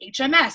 HMS